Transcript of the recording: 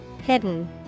Hidden